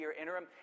interim